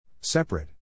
Separate